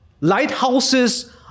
lighthouses